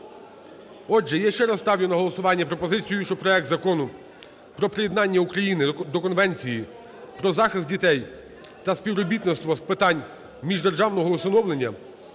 Отже, я ще раз ставлю на голосування пропозицію, щоб проект Закону про приєднання України до Конвенції про захист дітей та співробітництво з питань міждержавного усиновлення